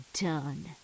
done